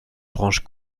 branche